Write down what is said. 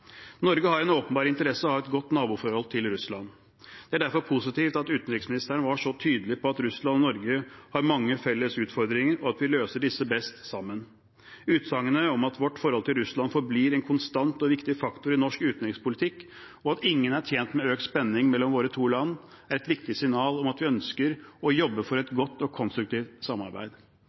Norge har en åpenbar interesse av å ha et godt naboforhold til Russland. Det er derfor positivt at utenriksministeren var så tydelig på at Russland og Norge har mange felles utfordringer, og at vi løser disse best sammen. Utsagnet om at vårt forhold til Russland forblir en konstant og viktig faktor i norsk utenrikspolitikk, og at ingen er tjent med økt spenning mellom våre to land, er et viktig signal om at vi ønsker å jobbe for et godt og konstruktivt samarbeid.